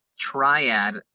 triad